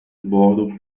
bordo